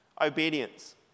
Obedience